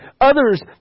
others